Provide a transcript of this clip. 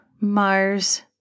Mars